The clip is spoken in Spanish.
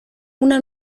una